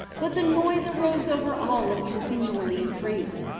but the noise arose over all and continually increased.